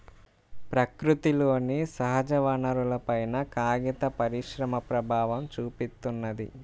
ప్రకృతిలోని సహజవనరులపైన కాగిత పరిశ్రమ ప్రభావం చూపిత్తున్నది